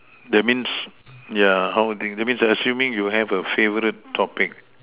that means yeah that means assuming you have a favorite topic